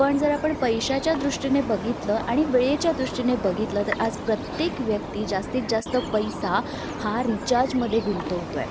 पण जर आपण पैशाच्या दृष्टीने बघितलं आणि वेळेच्या दृष्टीने बघितलं तर आज प्रत्येक व्यक्ती जास्तीत जास्त पैसा हा रिचार्जमध्ये गुंतवतो आहे